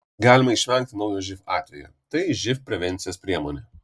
galima išvengti naujo živ atvejo tai živ prevencijos priemonė